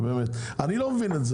לא מבין.